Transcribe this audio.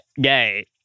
gay